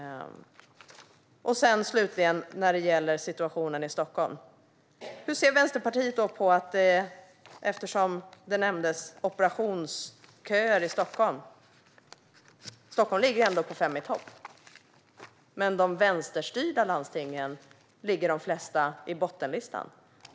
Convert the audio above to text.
Slutligen vill jag säga något när det gäller situationen i Stockholm. Det nämndes operationsköer i Stockholm, men Stockholm tillhör ändå topp fem. De flesta av de vänsterstyrda landstingen tillhör däremot botten av listan.